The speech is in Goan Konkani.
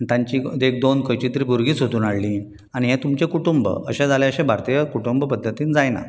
आनी तांची देग दोन खंयचीं तरी भुरगीं सोदून हाडलीं आनी हें तुमचें कुटुंब अशें जालें अशें भारतीय कुटुंब पद्दतीन जायना